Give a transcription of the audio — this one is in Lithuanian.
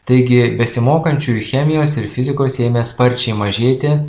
taigi besimokančiųjų chemijos ir fizikos ėmė sparčiai mažėti